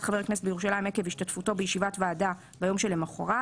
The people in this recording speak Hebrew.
חבר הכנסת בירושלים עקב השתתפותו בישיבת ועדה ביום שלמוחרת,